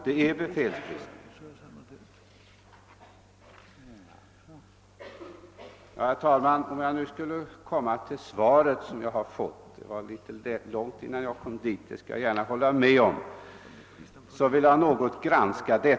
Herr talman! Jag håller med om att det dröjt ganska länge innan jag kommer till det svar som jag har fått, men jag vill nu något granska det.